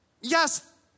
yes